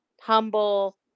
humble